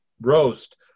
roast